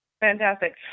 Fantastic